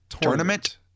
Tournament